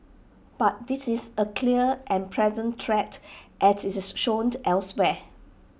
but this is A clear and present threat as IT is shown elsewhere